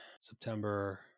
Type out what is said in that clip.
September